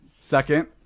Second